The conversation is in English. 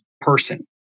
person